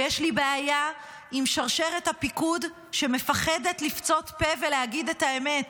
ויש לי בעיה עם שרשרת הפיקוד שמפחדת לפצות פה ולהגיד את האמת,